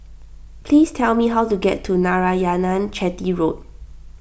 please tell me how to get to Narayanan Chetty Road